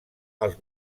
els